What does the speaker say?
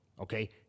okay